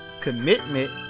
commitment